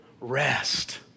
rest